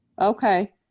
okay